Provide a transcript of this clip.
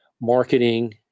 marketing